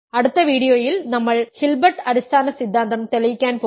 അടുത്ത വീഡിയോയിൽ നമ്മൾ ഹിൽബർട്ട് അടിസ്ഥാന സിദ്ധാന്തം തെളിയിക്കാൻ പോകുന്നു